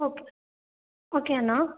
okay okay Anna